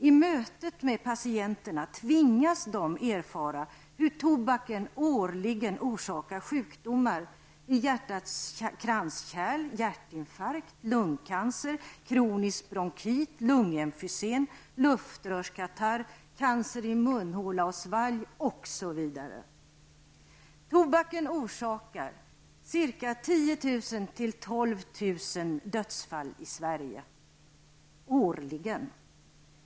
I mötet med patienterna tvingas de erfara hur tobaken årligen orsakar sjukdomar i hjärtats kranskärl, hjärtinfarkt, lungcancer, kronisk bronkit, lungemfysem, luftrörskatarr, cancer i munhåla och svalg, osv. Tobaken orsakar 10 000--12 000 dödsfall i Sverige årligen.